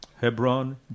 Hebron